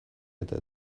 eta